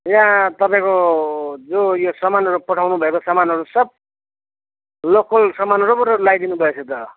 यहाँ तपाईँको जो यो सामानहरू पठाउनु भएको सामानहरू सब लोकल सामानहरू पो लाइदिनु भएछ त